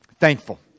thankful